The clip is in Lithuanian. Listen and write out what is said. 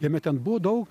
jame ten buvo daug